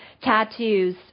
Tattoos